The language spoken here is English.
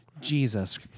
Jesus